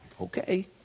Okay